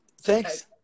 Thanks